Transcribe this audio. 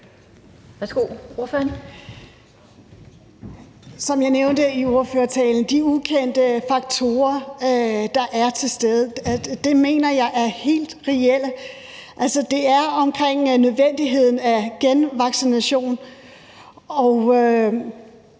Som jeg nævnte i ordførertalen: De ukendte faktorer, der er til stede, mener jeg er helt reelle. Altså, det er om nødvendigheden af genvaccination,